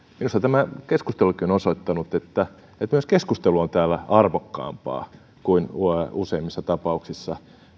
minusta tämä keskustelukin on osoittanut että myös keskustelu on täällä arvokkaampaa kuin useimmissa tapauksissa